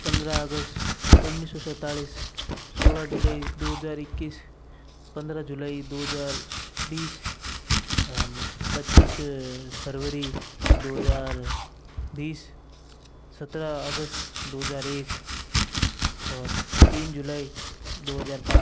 पंद्रह अगस्त उन्नीस सौ सैंतालीस सोलह जुलाई दो हजार इक्कीस पंद्रह जुलाई दो हजार बीस एंड पच्चीस फरवरी दो हजार बीस सत्रह अगस्त दो हजार एक और तीन जुलाई दो हजार पाँच